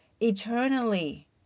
eternally